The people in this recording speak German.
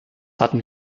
hatten